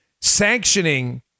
sanctioning